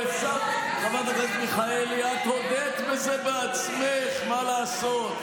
חברת הכנסת מיכאלי, את הודית בזה בעצמך, מה לעשות.